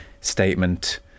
statement